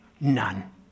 None